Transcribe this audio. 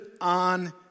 on